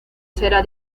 será